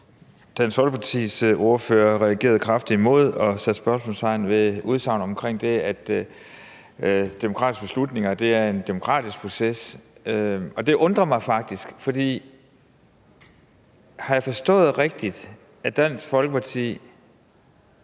Dansk Folkepartis ordfører reagerede kraftigt imod og at satte spørgsmålstegn ved, altså ved udsagnet omkring det, at demokratiske beslutninger er en demokratisk proces. Og det undrer mig faktisk. Er det rigtigt forstået, at Dansk Folkeparti